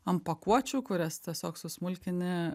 ant pakuočių kurias tiesiog susmulkini